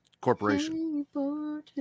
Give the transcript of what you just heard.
corporation